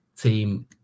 team